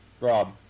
Rob